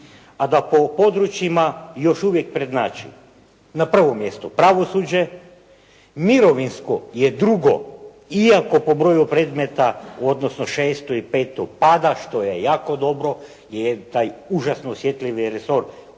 a da po područjima još uvijek prednjači na prvom mjestu pravosuđe, mirovinsko je drugo iako po broju predmeta, u odnosu šestu i petu pada što je jako dobro, jer taj užasno osjetljiv resor